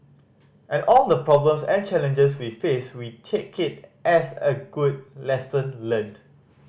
and all the problems and challenges we face we take it as a good lesson learnt